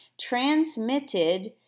transmitted